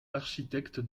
architecte